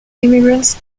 immigrants